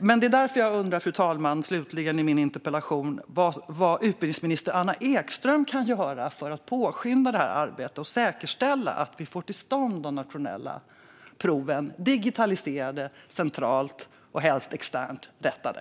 Men jag undrar, fru talman, i min interpellation vad utbildningsminister Anna Ekström kan göra för att påskynda arbetet och säkerställa att vi får till stånd de digitaliserade nationella proven som blir centralt, och helst externt, rättade.